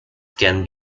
can